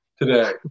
Today